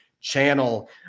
channel